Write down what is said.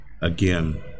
again